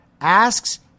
asks